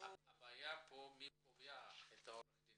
הבעיה מי לוקח את עורך הדין.